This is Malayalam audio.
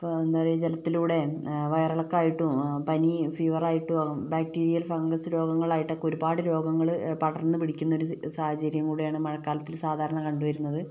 ആ എന്താ പറയുക ജലത്തിലൂടെ വയറിളക്കമായിട്ടും അ പനി ഫീവറായിട്ടും ബാക്ടീരിയൽ ഫങ്കസ് രോഗങ്ങളായിട്ടും ഒക്കെ ഒരുപാട് രോഗങ്ങള് പടർന്നു പിടിക്കുന്നൊരു സി സാഹചര്യം കൂടെയാണ് മഴക്കാലത്തിൽ സാധാരണ കണ്ടുവരുന്നത്